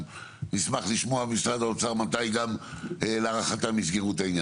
ונשמח לשמוע את משרד האוצר מתי להערכתם יסגרו את העניין.